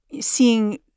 seeing